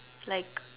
like